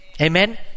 Amen